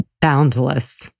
boundless